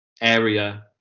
area